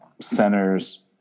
centers